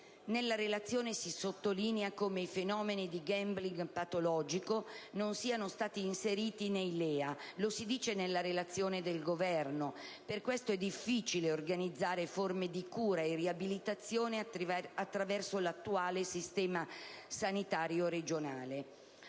Nella relazione si sottolinea come i fenomeni di *gambling* patologico non siano stati inseriti nei LEA: lo si dice nella relazione del Governo. Per questo motivo, è difficile organizzare forme di cura e riabilitazione attraverso l'attuale sistema sanitario regionale.